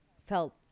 felt